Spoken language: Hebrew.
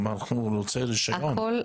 הוא רוצה רישיון --- הכול,